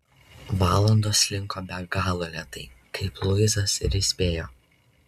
valandos slinko be galo lėtai kaip luisas ir įspėjo